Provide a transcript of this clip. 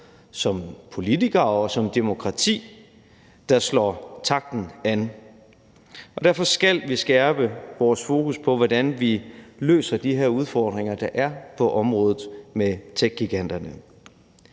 som politikere og som demokrati, der slår takten an, og derfor skal vi skærpe vores fokus på, hvordan vi løser de her udfordringer, der er på området, med techgiganterne.